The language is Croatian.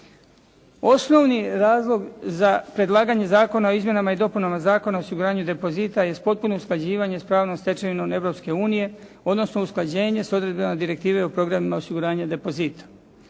Osnovni razlog za predlaganje Zakona o izmjenama i dopunama Zakona o osiguranju depozita jest potpuno usklađivanje s pravnom stečevinom Europske unije, odnosno usklađenje s odredbama Direktive o programima osiguranja depozita.